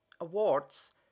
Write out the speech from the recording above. awards